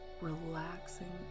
relaxing